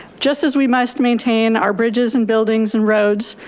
just as we must maintain our bridges and buildings and roads,